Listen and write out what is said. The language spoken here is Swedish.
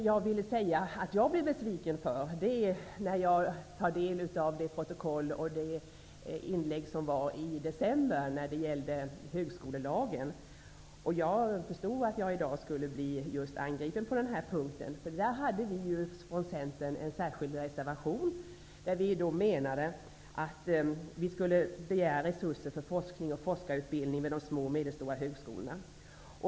Jag blir besviken när jag tar del av protokollet från debatten i december när det gällde högskolelagen. Jag förstod att jag skulle bli angripen på den här punkten i dag. Vi från Centern hade avgivit en särskild reservation, där vi begärde resurser för forskning och forskarutbildning vid de små och medelstora högskolorna.